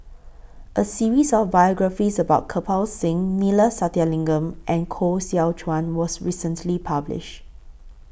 A series of biographies about Kirpal Singh Neila Sathyalingam and Koh Seow Chuan was recently published